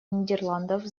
нидерландов